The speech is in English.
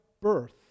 birth